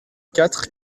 quatre